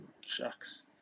shucks